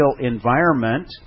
environment